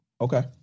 Okay